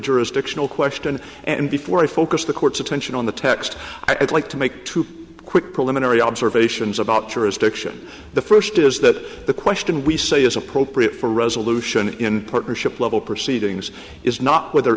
jurisdictional question and before i focus the court's attention on the text i'd like to make two quick preliminary observations about jurisdiction the first is that the question we say is appropriate for resolution in partnership level proceedings is not whether